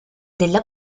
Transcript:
della